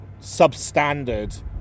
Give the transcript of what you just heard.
substandard